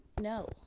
no